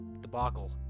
Debacle